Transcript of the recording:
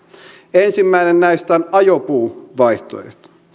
ensimmäinen näistä on ajopuuvaihtoehto